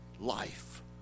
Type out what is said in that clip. life